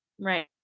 Right